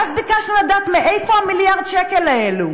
ואז ביקשנו לדעת מאיפה המיליארד שקל האלו.